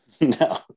no